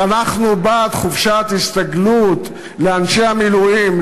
שאנחנו בעד חופשת הסתגלות לאנשי המילואים,